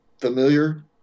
familiar